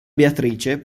beatrice